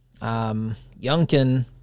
Youngkin